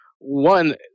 One